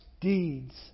deeds